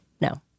no